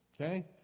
Okay